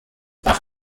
dach